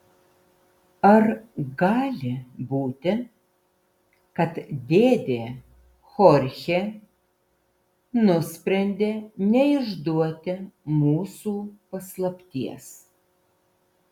ar gali būti kad dėdė chorchė nusprendė neišduoti mūsų paslapties